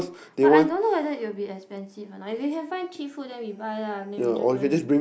but I don't know whether it will be expensive or not if you can find tea food then we buy lah then we just don't have to